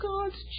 God's